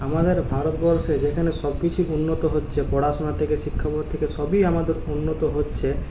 আমাদের ভারতবর্ষে যেখানে সবকিছু উন্নত হচ্ছে পড়াশোনা থেকে শিক্ষকতা থেকে সবই আমাদের উন্নত হচ্ছে